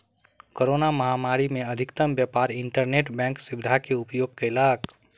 corona महामारी में अधिकतम व्यापार इंटरनेट बैंक सुविधा के उपयोग कयलक